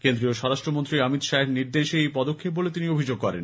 কেন্দ্রীয় স্বরাষ্ট্রমন্ত্রী অমিত শাহের নির্দেশেই এই পদক্ষেপ বলে তিনি অভিযোগ করেন